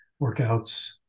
workouts